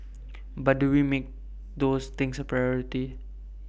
but do we make those things A priority